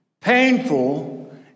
painful